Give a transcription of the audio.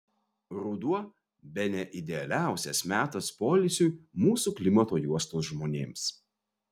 ruduo bene idealiausias metas poilsiui mūsų klimato juostos žmonėms